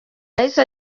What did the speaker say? yahise